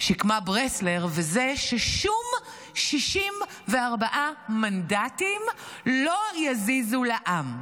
שקמה ברסלר, ששום 64 מנדטים לא יזיזו לעם.